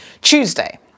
Tuesday